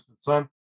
son